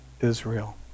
Israel